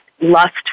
lust